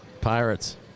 Pirates